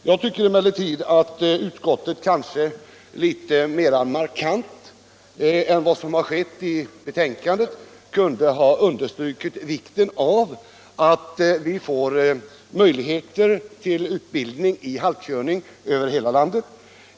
Jag tycker emellertid att utskottet kanske något mer markerat än vad som skett i betänkandet kunde ha understrukit vikten av att vi får möjligheter till utbildning i halkkörning över hela landet.